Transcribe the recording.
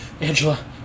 Angela